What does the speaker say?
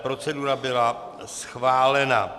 Procedura byla schválena.